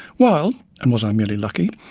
while and was i merely lucky?